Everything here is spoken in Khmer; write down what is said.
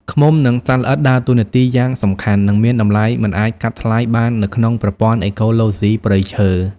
ឃ្មុំ និងសត្វល្អិតដើរតួនាទីយ៉ាងសំខាន់ និងមានតម្លៃមិនអាចកាត់ថ្លៃបាននៅក្នុងប្រព័ន្ធអេកូឡូស៊ីព្រៃឈើ។